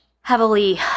heavily